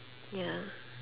ya